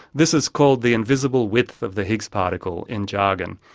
this is called the invisible width of the higgs particle in jargon,